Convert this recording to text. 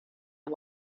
der